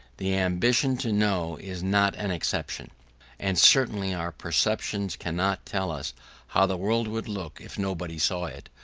the ambition to know is not an exception and certainly our perceptions cannot tell us how the world would look if nobody saw it,